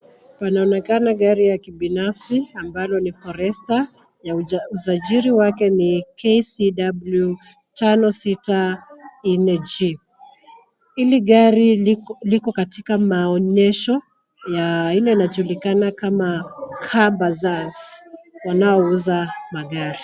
Panaonekana gari ya kibinafsi ambalo ni Forester, usajili wake ni KCW 564G . Hili gari liko katika maonyesho ya ile inajulikana kama Car Bazaars wanaouza magari.